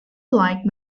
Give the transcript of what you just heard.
like